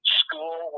school